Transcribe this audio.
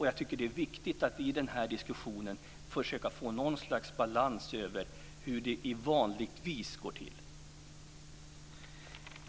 Jag tycker att det är viktigt att i den här diskussionen försöka få någon slags balans över hur det vanligtvis går till.